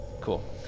cool